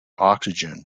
oxygen